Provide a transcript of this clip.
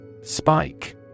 Spike